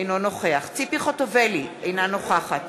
אינו נוכח ציפי חוטובלי, אינה נוכחת